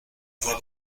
voix